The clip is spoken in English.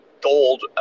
gold